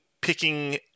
picking